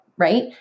right